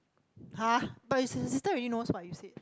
!huh! but your sister really knows what you said